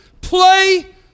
play